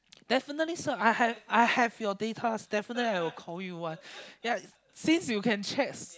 definitely sir I have I have your datas definitely I will call you one ya since you can check